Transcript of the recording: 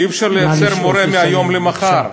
אי-אפשר לייצר מורה מהיום למחר.